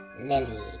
Lily